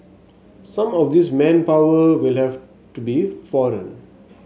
some of this manpower will have to be foreign